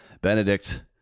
Benedict